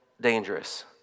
dangerous